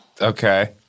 Okay